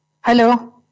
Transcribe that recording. Hello